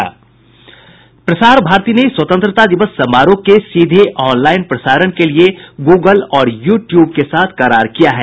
प्रसार भारती ने स्वतंत्रता दिवस समारोह के सीधे ऑनलाइन प्रसारण के लिए गूगल और यू ट्यूब के साथ करार किया है